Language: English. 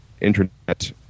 internet